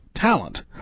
talent